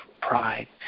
pride